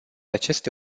aceste